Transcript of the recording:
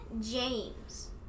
James